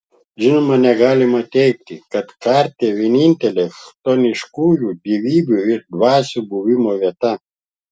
žinoma negalima teigti kad kertė vienintelė chtoniškųjų dievybių ir dvasių buvimo vieta